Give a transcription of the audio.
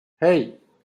hey